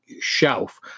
shelf